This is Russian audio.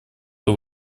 кто